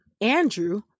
Andrew